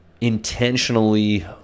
intentionally